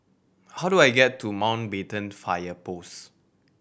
how do I get to Mountbatten Fire Post